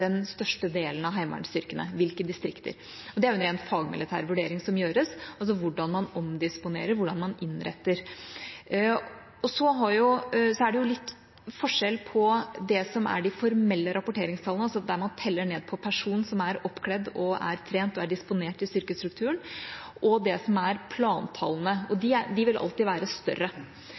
den største delen av heimevernsstyrkene. Det er en ren fagmilitær vurdering som gjøres av hvordan man omdisponerer og innretter. Så er det litt forskjell på det som er de formelle rapporteringstallene, der man teller ned på person som er oppkledd, trent og disponert i styrkestrukturen, og det som er plantallene. De vil alltid være større.